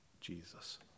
Jesus